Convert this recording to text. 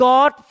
God